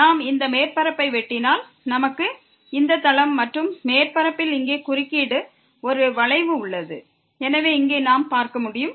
நாம் இந்த மேற்பரப்பை வெட்டினால் நமக்கு இந்த தளம் மற்றும் மேற்பரப்பில் இங்கே குறுக்கீடு ஒரு வளைவு உள்ளது என இங்கே நாம் பார்க்க முடியும்